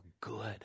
good